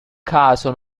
caso